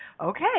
okay